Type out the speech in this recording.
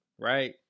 right